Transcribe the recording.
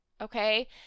Okay